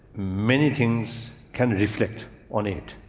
many things can reflect on it,